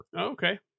okay